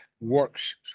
works